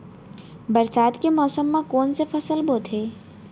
बरसात के मौसम मा कोन से फसल बोथे?